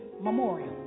Memorial